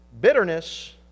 Bitterness